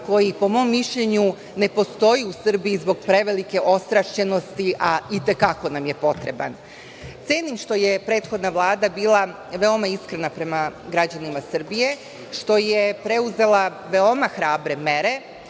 koji, po mom mišljenju, ne postoji u Srbiji zbog prevelike ostrašćenosti, a i te kako nam je potreban. Cenim što je prethodna Vlada bila veoma iskrena prema građanima Srbije, što je preuzela veoma hrabre mere